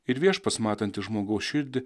ir viešpats matantis žmogaus širdį